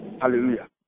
Hallelujah